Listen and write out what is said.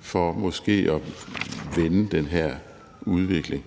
for at vende den her udvikling.